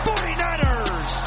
49ers